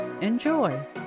Enjoy